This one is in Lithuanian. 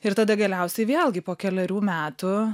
ir tada galiausiai vėlgi po kelerių metų